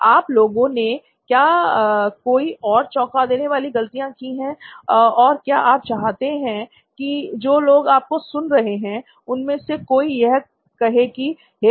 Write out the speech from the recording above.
आप लोगों ने क्या कोई और चौंका देने वाली गलतियां की हैं और क्या आप चाहते हैं कि जो लोग आपको सुन रहे हैं उनमें से कोई यह कहे कि "हे